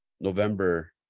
November